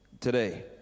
today